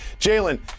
Jalen